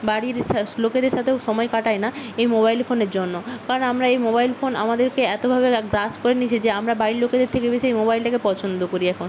বাড়ির শাস্ লোকেদের সাথেও সময় কাটাই না এই মোবাইল ফোনের জন্য কারণ আমরা এই মোবাইল ফোন আমাদেরকে এতভাবে গ্রাস করে নিয়েছে যে আমরা বাড়ির লোকেদের থেকে বেশি এই মোবাইলটাকে পছন্দ করি এখন